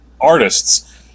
artists